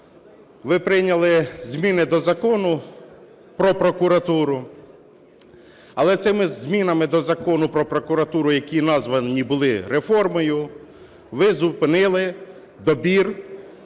ви прийняли зміни до Закону "Про прокуратуру". Але цими змінами до Закону "Про прокуратуру", які названі були реформою, ви зупинили добір